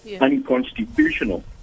unconstitutional